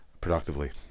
productively